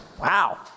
Wow